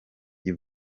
y’i